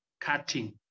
cutting